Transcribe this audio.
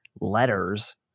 letters